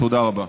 תודה רבה.